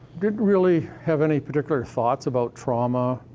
didn't really have any particular thoughts about trauma,